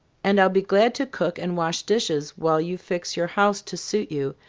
and i'll be glad to cook and wash dishes, while you fix your house to suit you.